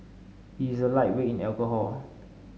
he is a lightweight in alcohol